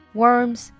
worms